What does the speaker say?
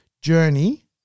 journey